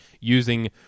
Using